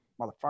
motherfucker